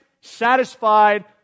satisfied